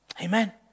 Amen